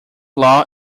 law